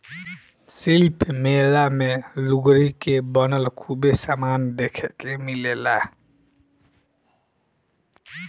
शिल्प मेला मे लुगरी के बनल खूबे समान देखे के मिलेला